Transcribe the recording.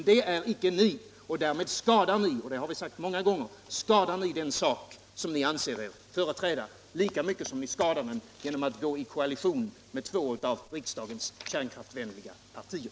Det är emellertid icke ni — det har vi sagt många gånger — och därmed skadar ni den sak som ni anser er företräda, lika mycket som ni skadar den genom att gå i koalition med två av riksdagens kärnkraftsvänliga partier.